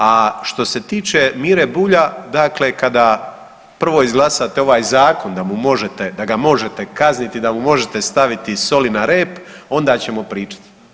A što se tiče Mire Bulja, dakle kada prvo izglasate ovaj zakon da mu možete, da ga možete kazniti, da mu možete staviti soli na rep onda ćemo pričati.